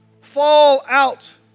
fallout